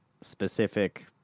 Specific